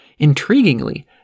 Intriguingly